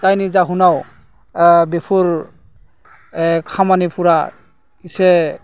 जायनि जाहोनाव बेफोर खामानिफोरा एसे